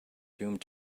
doomed